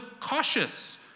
cautious